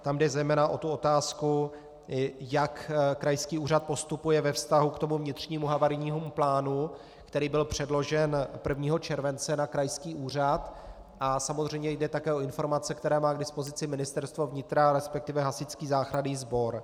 Tam jde zejména o otázku, jak krajský úřad postupuje ve vztahu k vnitřnímu havarijnímu plánu, který byl předložen 1. července na krajský úřad, a samozřejmě jde také o informace, které má k dispozici Ministerstvo vnitra, resp. hasičský záchranný sbor.